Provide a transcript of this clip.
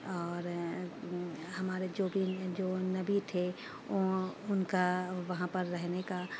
اور ہمارے جو بھی جو نبی تھے ان کا وہاں پر رہنے کا